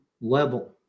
level